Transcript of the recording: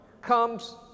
comes